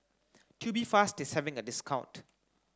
Tubifast is having a discount